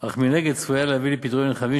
אך מנגד צפויה להביא לפיטורים נרחבים